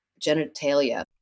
genitalia